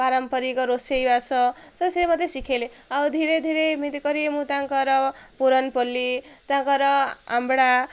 ପାରମ୍ପରିକ ରୋଷେଇବାସ ତ ସେ ମତେ ଶିଖେଇଲେ ଆଉ ଧୀରେ ଧୀରେ ଏମିତି କରି ମୁଁ ତାଙ୍କର ପୁରନ୍ପଲ୍ଲି ତାଙ୍କର ଆମ୍ଡ଼ା